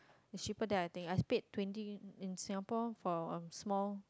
is cheaper than I think I paid twenty in Singapore for a small